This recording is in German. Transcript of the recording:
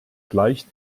gleicht